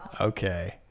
Okay